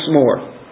more